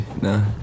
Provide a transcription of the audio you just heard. no